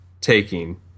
taking